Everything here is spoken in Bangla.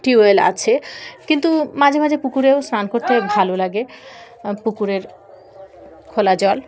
টিউবওয়েল আছে কিন্তু মাঝে মাঝে পুকুরেও স্নান করতে ভালো লাগে পুকুরের খোলা জল